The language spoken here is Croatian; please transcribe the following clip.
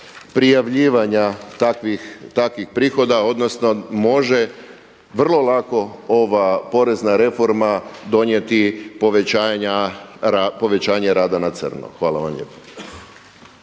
prijavljivanja takvih prihoda odnosno može vrlo lako ova porezna reforma donijeti povećanje rada na crno. Hvala vam lijepo.